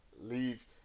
Leave